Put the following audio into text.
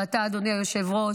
ואתה, אדוני היושב-ראש,